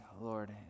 Lord